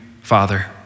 Father